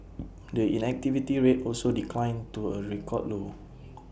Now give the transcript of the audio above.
the inactivity rate also declined to A record low